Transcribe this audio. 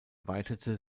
weitete